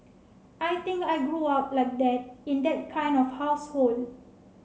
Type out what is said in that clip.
I think I grew up like that in that kind of household